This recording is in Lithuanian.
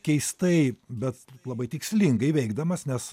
keistai bet labai tikslingai veikdamas nes